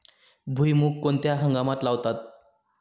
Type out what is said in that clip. भुईमूग कोणत्या हंगामात लावतात?